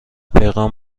پیغام